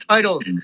Titles